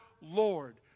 Lord